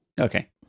Okay